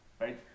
right